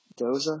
Doza